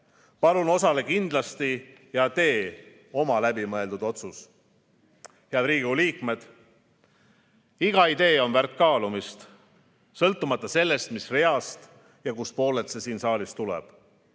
Palun osale kindlasti ja tee oma läbimõeldud otsus! Head Riigikogu liikmed! Iga idee on väärt kaalumist, sõltumata sellest, mis reast ja kust poolelt see siin saalis tuleb.